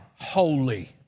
holy